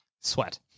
Sweat